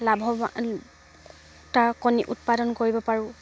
লাভৱ কণী উৎপাদন কৰিব পাৰোঁ